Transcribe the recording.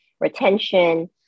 retention